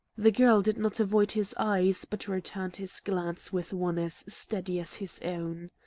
the girl did not avoid his eyes, but returned his glance with one as steady as his own.